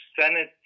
Senate